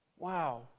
Wow